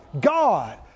God